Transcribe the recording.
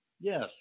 Yes